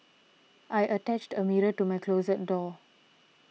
I attached a mirror to my closet door